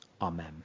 Amen